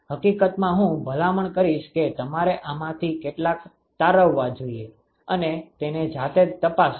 હકીકતમાં હું ભલામણ કરીશ કે તમારે આમાંથી કેટલાક તારવવા જોઈએ અને તેને જાતે જ તપાસો